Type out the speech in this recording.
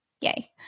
yay